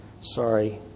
sorry